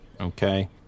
Okay